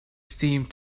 seemed